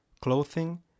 clothing